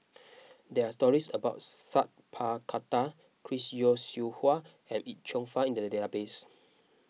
there are stories about Sat Pal Khattar Chris Yeo Siew Hua and Yip Cheong Fun in the database